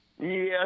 Yes